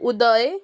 उदय